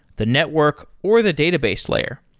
the network, or the database layer.